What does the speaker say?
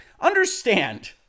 Understand